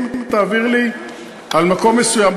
אם תעביר לי על מקום מסוים,